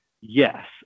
yes